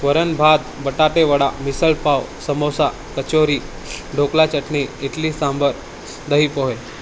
वरण भात बटाटेवडा मिसळपाव समोसा कचोरी ढोकळा चटणी इडली सांबर दही पोहे